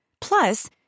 Plus